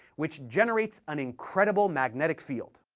which generates an incredible magnetic field.